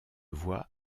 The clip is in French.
voit